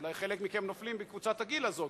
אולי חלק מכם נופלים בקבוצת הגיל הזאת,